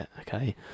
okay